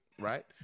right